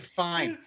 fine